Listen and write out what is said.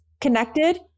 connected